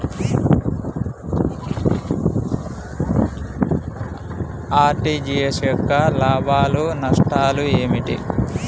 RTGS యొక్క లాభాలు నష్టాలు ఏమిటి?